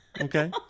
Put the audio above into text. Okay